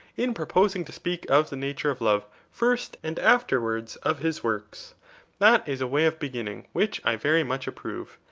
in proposing to speak of the nature of love first and afterwards of his works that is a way of beginning which i very much approve.